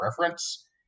reference